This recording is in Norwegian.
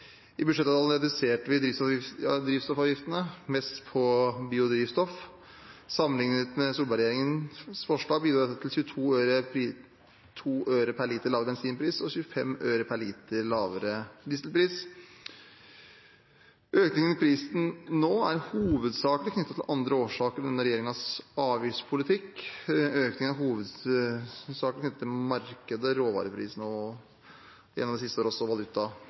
I budsjettavtalen reduserte vi drivstoffavgiftene, mest på biodrivstoff. Sammenliknet med Solberg-regjeringens forslag bidro dette til 22 øre per liter lavere bensinpris og 25 øre per liter lavere dieselpris. Økningen i prisen nå er hovedsakelig knyttet til andre årsaker enn denne regjeringens avgiftspolitikk. Økningen er hovedsakelig knyttet til markedet og råvareprisene og i det siste også valutapriser. Vi merker også